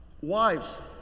Wives